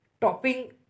topping